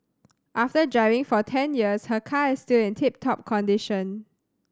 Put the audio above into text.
after driving for ten years her car is still in tip top condition